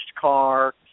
car